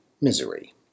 Misery